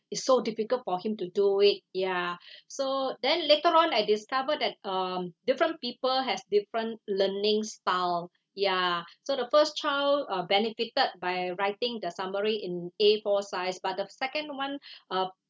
it's so difficult for him to do it ya so then later on I discovered that um different people has different learning style ya so the first child uh benefited by writing the summary in A four size but the second one uh